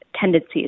tendencies